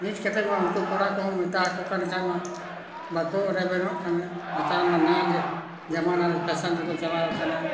ᱱᱤᱛ ᱠᱟᱛᱮᱜ ᱢᱟ ᱩᱱᱠᱩ ᱠᱚᱲᱟ ᱠᱚᱦᱚᱸ ᱢᱮᱛᱟ ᱟᱠᱚ ᱠᱟᱱ ᱠᱷᱟᱡ ᱢᱟ ᱵᱟᱠᱚ ᱨᱮᱵᱮᱱᱚᱜ ᱠᱟᱱᱟ ᱱᱮᱛᱟᱨ ᱢᱟ ᱱᱟᱣᱟ ᱡᱟᱢᱟᱱᱟ ᱯᱷᱮᱥᱮᱱ ᱨᱮᱠᱚ ᱪᱟᱞᱟᱣ ᱟᱠᱟᱱᱟ